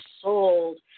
sold